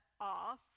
off